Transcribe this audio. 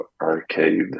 Arcade